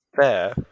Fair